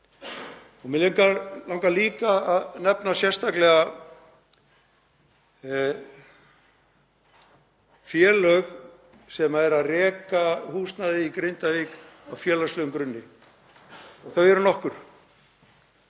Mig langar líka að nefna sérstaklega félög sem reka húsnæði í Grindavík á félagslegum grunni og þau eru nokkur.